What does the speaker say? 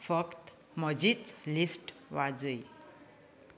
फकत म्हजीच लिस्ट वाजय